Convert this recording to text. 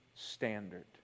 standard